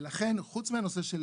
ולכן, חוץ מהנושא של